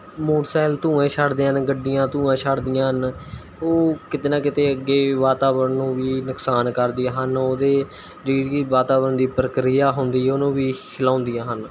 motorcycle ਧੂਏਂ ਛੱਡਦੇ ਹਨ ਗੱਡੀਆਂ ਧੂੰਆਂ ਛੱਡਦੀਆਂ ਹਨ ਉਹ ਕਿਤੇ ਨਾ ਕਿਤੇ ਅੱਗੇ ਵਾਤਾਵਰਣ ਨੂੰ ਵੀ ਨੁਕਸਾਨ ਕਰਦੇ ਹਨ ਉਹਦੇ ਜਿਹੜੀ ਕਿ ਵਾਤਾਵਰਣ ਦੀ ਪ੍ਰਕਿਰਿਆ ਹੁੰਦੀ ਉਹਨੂੰ ਵੀ ਹਿਲਾਉਂਦੀਆਂ ਹਨ